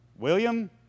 William